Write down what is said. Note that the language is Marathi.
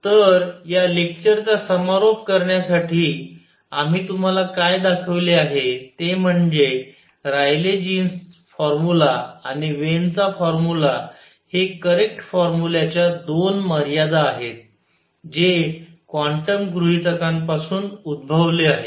तर या लेक्चरचा समारोप करण्यासाठी आम्ही तुम्हाला काय दाखविले आहे ते म्हणजे रायले जीन्स फॉर्मुला आणि वेन चा फॉर्मुला हे करेक्ट फॉर्मुल्याच्या 2 मर्यादा आहेत जे क्वांटम गृहीतकांपासून उद्भवले आहे